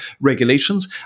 regulations